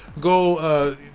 go